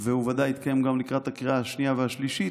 והוא ודאי גם יתקיים לקראת הקריאה השנייה והשלישית,